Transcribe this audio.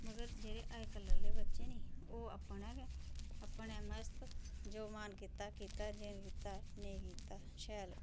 मगर जेह्ड़े अज्जकल आहले बच्चे नेईं ओह् अपने गै अपना मस्त जो मन कीता कीता जो कीता नेईं कीता शैल